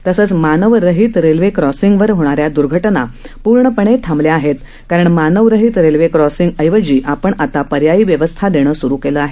तसंच मानवरहित रेल्वे क्रॉसिंगवर होणाऱ्या दुर्घटना पूर्णपणे थांबलेल्या आहेत कारण मानवरहित रेल्वे क्रॉसिंग ऐवजी आपण आता पर्यायी व्यवस्था देणं सुरू केलं आहे